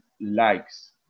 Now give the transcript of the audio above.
likes